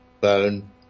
bone